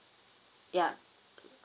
yeah